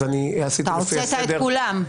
אז אני --- אתה הוצאת את כולם,